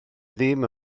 ddim